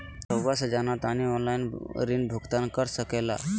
रहुआ से जाना तानी ऑनलाइन ऋण भुगतान कर सके ला?